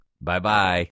Bye-bye